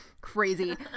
crazy